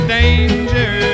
danger